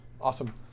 Awesome